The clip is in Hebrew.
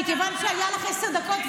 אז מכיוון שהיו לך עשר דקות,